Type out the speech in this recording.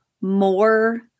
more